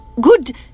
Good